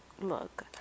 look